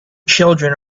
children